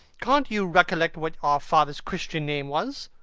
can't you recollect what our father's christian name was?